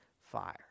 fire